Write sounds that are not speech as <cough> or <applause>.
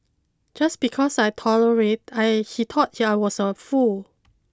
just because I tolerated I he thought <unintelligible> I was a fool